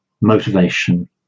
motivation